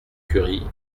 curie